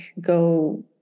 go